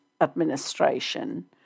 administration